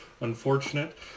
unfortunate